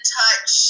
touch